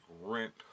rent